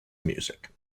music